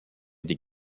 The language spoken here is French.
des